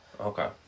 Okay